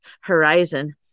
horizon